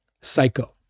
Psycho